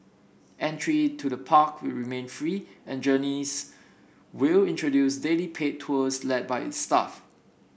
entry to the park will remain free and journeys will introduce daily paid tours led by its staff